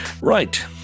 Right